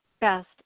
best